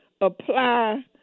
apply